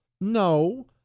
No